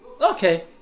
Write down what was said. Okay